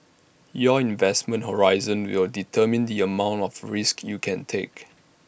your investment horizon will determine the amount of risks you can take